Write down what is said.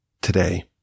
today